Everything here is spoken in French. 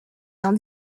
dans